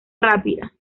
rápida